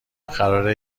قراره